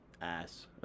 ass